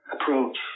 approach